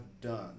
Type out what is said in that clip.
done